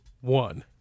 one